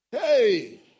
Hey